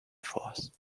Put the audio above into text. force